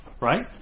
right